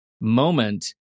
moment